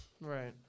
right